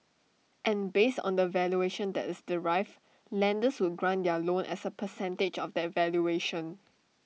and based on the valuation that is derived lenders would grant their loan as A percentage of that valuation